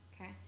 Okay